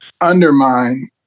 undermine